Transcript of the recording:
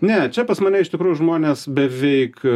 ne čia pas mane iš tikrųjų žmonės beveik